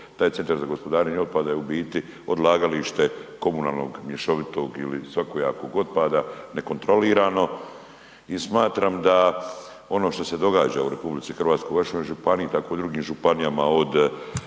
da u biti to, taj CGO je u biti odlagalište komunalnog mješovitog ili svakojakog otpada nekontrolirano i smatram da ovo što se događa u RH, u vašoj županiji kako i u drugim županijama od